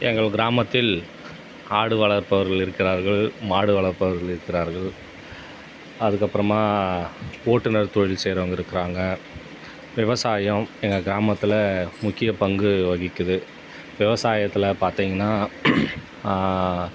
எங்கள் கிராமத்தில் ஆடு வளர்ப்பவர்கள் இருக்கிறார்கள் மாடு வளர்ப்பவர்கள் இருக்கிறார்கள் அதுக்கப்புறமா ஓட்டுநர் தொழில் செய்கிறவுங்க இருக்கிறாங்க விவசாயம் எங்கள் கிராமத்தில் முக்கிய பங்கு வகிக்குது விவசாயத்தில் பார்த்தீங்கன்னா